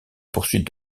poursuite